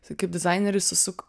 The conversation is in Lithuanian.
kaip dizaineris susuk